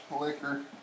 liquor